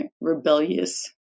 rebellious